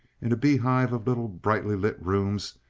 in a beehive of little brightly lit rooms,